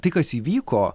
tai kas įvyko